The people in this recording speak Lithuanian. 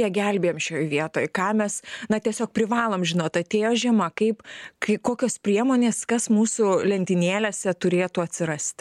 ją gelbėjam šioj vietoj ką mes na tiesiog privalom žinot atėjo žiema kaip kai kokios priemonės kas mūsų lentynėlėse turėtų atsirasti